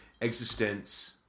existence